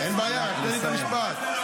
רגע, ינון, חבר הכנסת אזולאי, תהיה